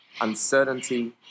uncertainty